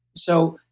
so,